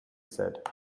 said